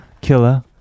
killer